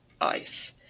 ice